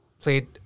played